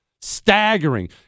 staggering